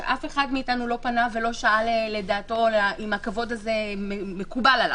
שאף אחד מאיתנו לא פנה ולא שאל לדעתו אם הכבוד הזה מקובל עליו,